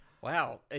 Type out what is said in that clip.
Wow